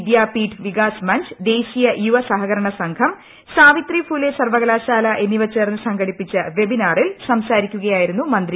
വിദ്യാപീഠ് വികാസ് മഞ്ച് ദേശീയ യുവ സഹകരണ സംഘം സാവിത്രി ഫുലെ സർവകലാശാല എന്നിവ ചേർന്ന് സംഘടിപ്പിച്ച വെബിനാറിൽ സംസാരിക്കുകയായിരുന്നു മന്ത്രി